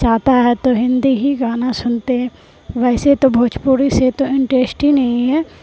چاہتا ہے تو ہندی ہی گانا سنتے ہیں ویسے تو بھوجپوری سے تو انٹریسٹ ہی نہیں ہے